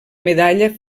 medalla